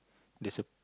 there's a